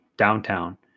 downtown